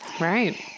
Right